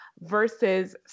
versus